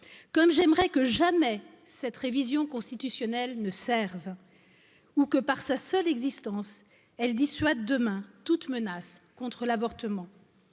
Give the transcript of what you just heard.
comme j'aimerais que jamais cette révision constitutionnelle nee serve, ou que, par sa seule existence, elle dissuade demain toute menace contre l'avortement.